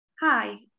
Hi